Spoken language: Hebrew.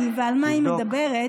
אין לה הגבלה.